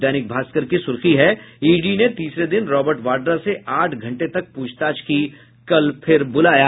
दैनिक भास्कर की सुर्खी है ईडी ने तीसरे दिन रॉबर्ड वाड्रा से आठ घंटे तक पूछताछ की कल फिर बुलाया